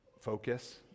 focus